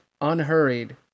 Unhurried